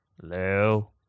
Hello